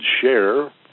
share